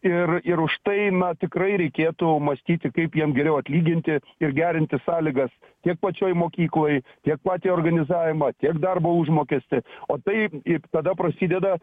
ir ir už tai na tikrai reikėtų mąstyti kaip jiem geriau atlyginti ir gerinti sąlygas tiek pačioj mokykloj tiek patį organizavimą tiek darbo užmokestį o tai ir tada prasideda